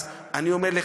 אז אני אומר,